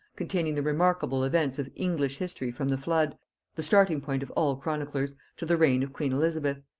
containing the remarkable events of english history from the flood the starting point of all chroniclers to the reign of queen elizabeth.